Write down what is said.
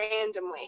randomly